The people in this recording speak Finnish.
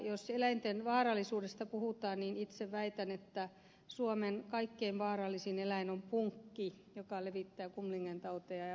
jos eläinten vaarallisuudesta puhutaan niin itse väitän että suomen kaikkein vaarallisin eläin on punkki joka levittää kumlingen tautia ja borrelioosia